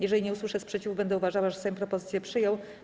Jeżeli nie usłyszę sprzeciwu, będę uważała, że Sejm propozycję przyjął.